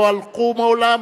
לא הלכו מעולם,